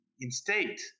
instate